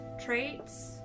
traits